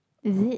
is it